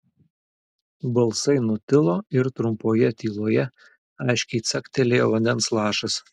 balsai nutilo ir trumpoje tyloje aiškiai caktelėjo vandens lašas